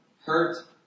Hurt